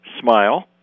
Smile